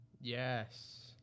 Yes